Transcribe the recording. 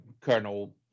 Colonel